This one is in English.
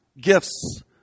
gifts